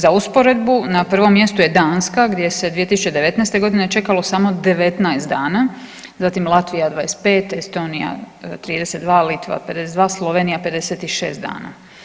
Za usporedbu, na prvom mjestu je Danska, gdje se 2019. g. čekalo samo 19 dana, zatim Latvija 25, Estonija 32, Litva 52, Slovenija 56 dana.